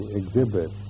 exhibit